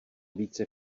více